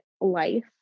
life